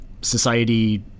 society